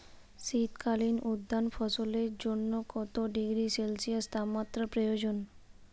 শীত কালীন উদ্যান ফসলের জন্য কত ডিগ্রী সেলসিয়াস তাপমাত্রা প্রয়োজন?